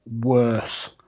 worse